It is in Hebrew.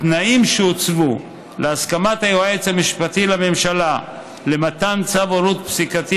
התנאים שהוצבו להסכמת היועץ המשפטי לממשלה למתן צו הורות פסיקתי